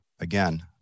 again